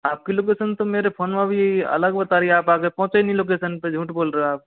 आपकी लोकेशन तो मेरे फ़ोन में अभी अलग बता रही है आप आगे पहुँचे ही नहीं लोकेशन पे झूठ बोल रहे हो आप